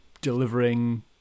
delivering